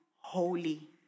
holy